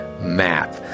map